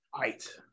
Right